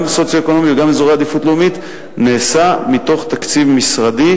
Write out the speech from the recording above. גם סוציו-אקונומי וגם אזורי עדיפות לאומית נעשה מתוך תקציב משרדי,